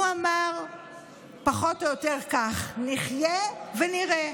הוא אמר פחות או יותר כך: נחיה ונראה.